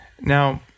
Now